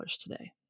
today